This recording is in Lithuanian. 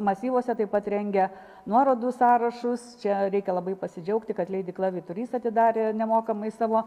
masyvuose taip pat rengia nuorodų sąrašus čia reikia labai pasidžiaugti kad leidykla vyturys atidarė nemokamai savo